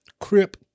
Crip